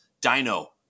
Dino